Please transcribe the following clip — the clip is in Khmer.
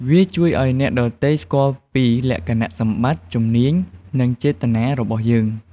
វាជួយឱ្យអ្នកដទៃស្គាល់ពី លក្ខណៈសម្បត្តិ ជំនាញ និងចេតនារបស់យើង ។